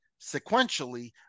sequentially